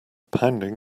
pounding